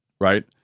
right